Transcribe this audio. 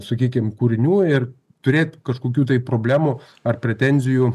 sakykim kūrinių ir turėt kažkokių tai problemų ar pretenzijų